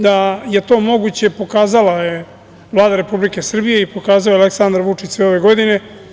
Da je to moguće, pokazala je Vlada Republike Srbije i pokazao je Aleksandar Vučić sve ove godine.